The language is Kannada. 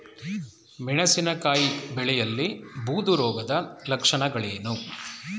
ಮೆಣಸಿನಕಾಯಿ ಬೆಳೆಯಲ್ಲಿ ಬೂದು ರೋಗದ ಲಕ್ಷಣಗಳೇನು?